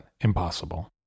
impossible